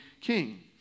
king